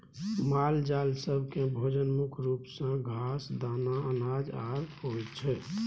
मालजाल सब केँ भोजन मुख्य रूप सँ घास, दाना, अनाज आर होइ छै